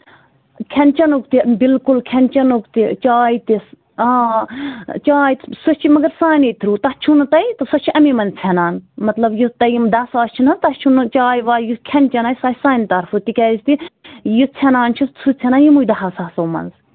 کھٮ۪ن چٮ۪نُک تہِ بِلکُل کھٮ۪ن چٮ۪نُک تہِ چاے تہِ آ چاے سُہ چھُ مَگر سانَے تھروٗ تَتھ چھُونہٕ تۄہہِ تہٕ سۄ چھِ اَمی منٛز ژھٮ۪نان مطلب یُس تۄہہِ یِم دہ ساس چھُ نہ تۄہہِ چھُ نہٕ چاے واے یُس کھٮ۪ن چٮ۪ن آسہِ سُہ آسہِ سانہِ طرفہٕ تِکیازِ تہِ یہِ ژھٮ۪نان چھُ سُہ ژھٮ۪نان یِمُے دَہَو ساسو منٛز